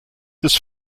des